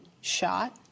shot